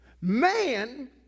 man